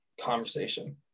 conversation